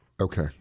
Okay